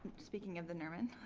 speaking of the nerman,